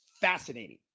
fascinating